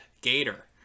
Gator